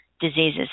diseases